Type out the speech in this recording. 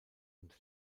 und